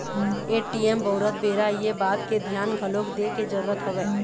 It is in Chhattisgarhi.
ए.टी.एम बउरत बेरा ये बात के धियान घलोक दे के जरुरत हवय